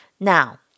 Now